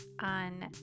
On